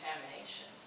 contamination